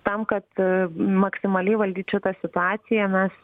tam kad maksimaliai valdyt šitą situaciją mes